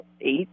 eight